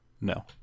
No